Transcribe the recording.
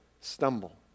stumble